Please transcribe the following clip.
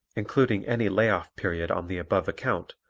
including any lay-off period on the above account,